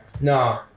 No